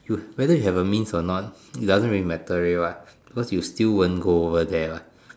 you whether you have the means or not it doesn't really matter already what because you still won't go over there what